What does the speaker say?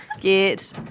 Get